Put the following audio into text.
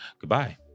Goodbye